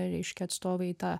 reiškia atstovai į tą